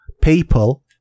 people